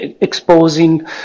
exposing